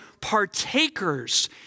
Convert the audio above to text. partakers